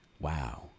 wow